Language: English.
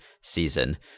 season